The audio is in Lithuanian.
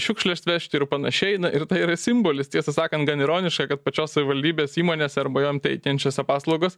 šiukšles vežti ir panašiai na ir tai yra simbolis tiesą sakan gan ironiška kad pačios savivaldybės įmonėse arba jom teikiančiose paslaugas